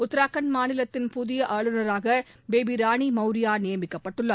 உத்தரகாண்ட் மாநிலத்தின் புதிய ஆளுநராக பேபி ராணி மௌரியா நியமிக்கப்பட்டுள்ளார்